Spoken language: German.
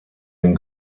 den